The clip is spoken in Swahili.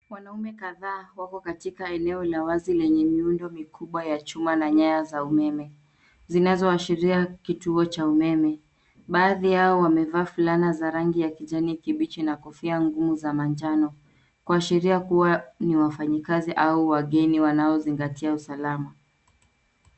Wanaume kadhaa wako katika eneo la wazi lenye miundo mikubwa ya chuma na nyaya za umeme zinazoashiria kituo cha umeme .Baadhi yao wamevaa fulana za rangi ya kijani kimbichi na kofia ngumu za majano kuashiria kuwa ni wafanyakazi au wageni wanaozingatia usalama .